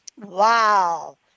Wow